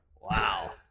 Wow